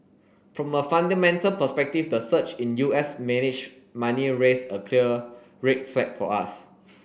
from a fundamental perspective the surge in U S managed money raise a clear red flag for us